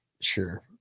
Sure